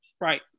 Right